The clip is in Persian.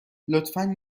لطفا